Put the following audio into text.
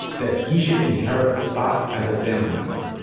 that he should inherit the spot as a family member.